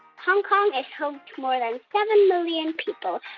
hong kong is home to more than seven million people.